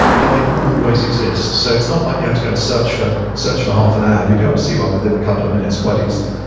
but they always exist. so it's not like you have to go and search for search for half an hour you'll be able to see one um within a couple of minutes quite easily.